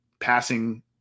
passing